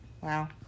Wow